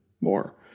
more